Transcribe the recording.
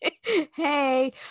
Hey